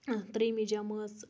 ترٛیٚیِمہِ جَمٲژ